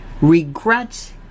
regrets